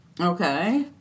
Okay